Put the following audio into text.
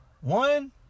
One